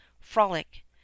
frolic